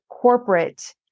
corporate